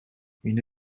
une